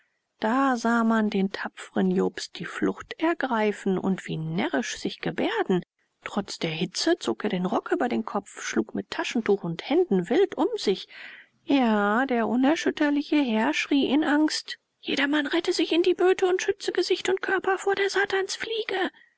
da sah man den tapfren jobst die flucht ergreifen und wie närrisch sich gebärden trotz der hitze zog er den rock über den kopf schlug mit taschentuch und händen wild um sich ja der unerschütterliche herr schrie in angst jedermann rette sich in die böte und schütze gesicht und körper vor der